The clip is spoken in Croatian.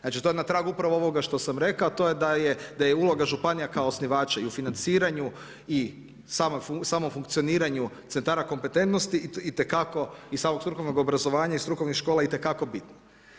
Znači to je na tragu upravo ovoga što sam rekao, a to je da je uloga županija kao osnivača i u financiranju i samom funkcioniranju centara kompetentnosti itekako i samog strukovnog obrazovanja i strukovnih škola itekako bitno.